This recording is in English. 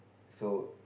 so